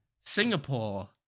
Singapore